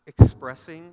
expressing